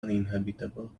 uninhabitable